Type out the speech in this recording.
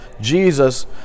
Jesus